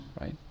right